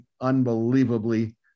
unbelievably